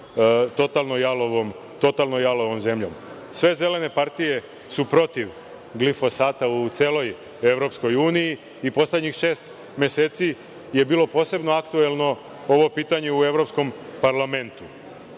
totalno jalovom zemljom. Sve zelene partije su protiv glifosata u celoj Evropskoj uniji i poslednjih šest meseci je bilo posebno aktuelno ovo pitanje u Evropskom parlamentu.